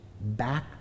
back